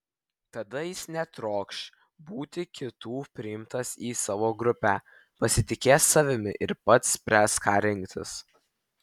tada jis netrokš būti kitų priimtas į savo grupę pasitikės savimi ir pats spręs ką rinktis